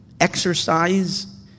exercise